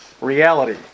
reality